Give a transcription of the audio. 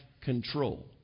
control